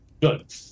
Good